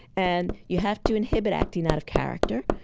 and you have to inhibit acting out of character.